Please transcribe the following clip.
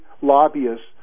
lobbyists